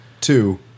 Two